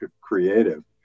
creative